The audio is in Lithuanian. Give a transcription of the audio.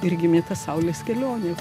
ir gimė ta saulės kelionė